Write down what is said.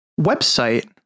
website